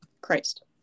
Christ